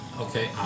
Okay